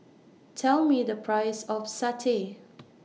Tell Me The Price of Satay